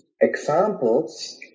examples